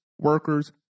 workers